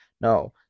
No